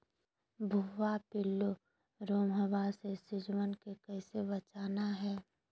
भुवा पिल्लु, रोमहवा से सिजुवन के कैसे बचाना है?